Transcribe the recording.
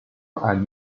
and